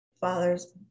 father's